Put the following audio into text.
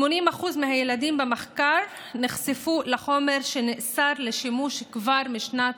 80% מהילדים במחקר נחשפו לחומר שנאסר לשימוש כבר בשנת